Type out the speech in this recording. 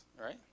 right